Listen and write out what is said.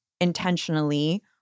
intentionally